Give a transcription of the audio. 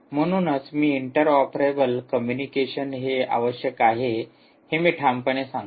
म्हणून मी interoperable communication हे आवश्यक आहे हे मी ठामपणे सांगतो